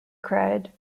cried